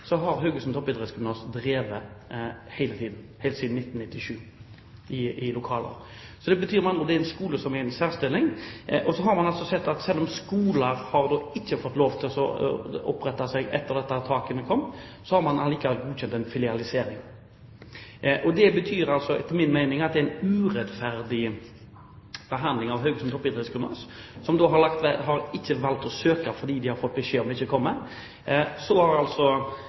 det er en skole som er i en særstilling. Så har man sett at selv om det ikke har vært lov å opprette skoler etter at disse takene kom, har man allikevel godkjent en filialisering. Det betyr, etter min mening, at det er en urettferdig behandling av Haugesund Toppidrettsgymnas, som har valgt ikke å søke fordi de fikk beskjed om det.